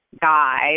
guy